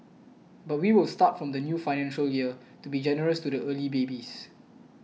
but we will start from the new financial year to be generous to the early babies